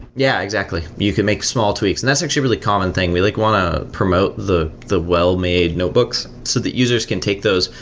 yeah, exactly. you can make small tweaks, and that's actually a really common thing. we like want to promote the the well-made notebooks so that users can take those,